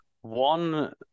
one